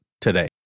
today